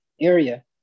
area